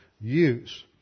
use